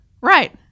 Right